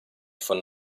von